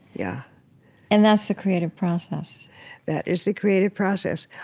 yeah and that's the creative process that is the creative process.